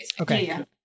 Okay